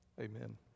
Amen